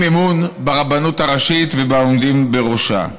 אמון ברבנות הראשית ובעומדים בראשה.